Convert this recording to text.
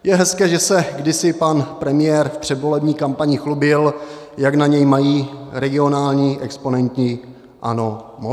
Je hezké, že se kdysi pan premiér v předvolební kampani chlubil, jak na něj mají regionální exponenti ANO mobil.